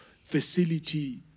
facility